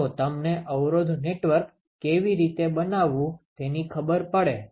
તો તમને અવરોધ નેટવર્ક કેવી રીતે બનાવવું તેની ખબર પડે